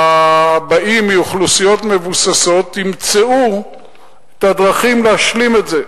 הבאים מאוכלוסיות מבוססות ימצאו את הדרכים להשלים את זה.